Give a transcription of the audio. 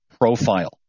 profile